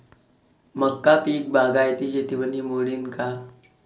मका पीक बागायती शेतीमंदी मोडीन का?